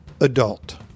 adult